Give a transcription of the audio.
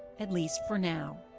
at least for now.